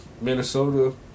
Minnesota